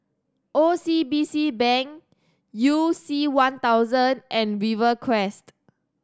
O C B C Bank You C One thousand and Rivercrest